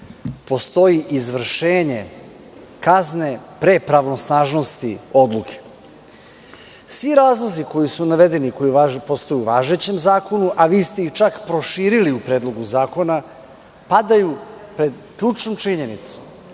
postoji izvršenje kazne pre pravosnažnosti odluke. Svi razlozi koji su navede i koji postoje u važećem zakonu, a vi ste ih čak proširili u Predlogu zakona, padaju pred ključnom činjenicom